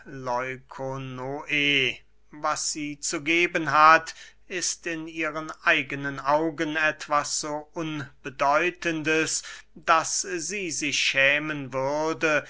was sie zu geben hat ist in ihren eigenen augen etwas so unbedeutendes daß sie sich schämen würde